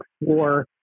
explore